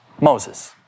Moses